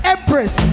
Empress